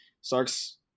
Sark's